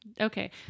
okay